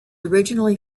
originally